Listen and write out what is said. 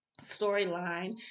storyline